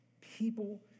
people